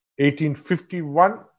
1851